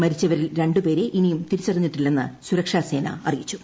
മരിച്ചവരിൽ രണ്ടുപേരെ ഇനിയും തിരിച്ചറിഞ്ഞിട്ടില്ലെന്ന് സുരക്ഷാസേന അറിയിച്ചു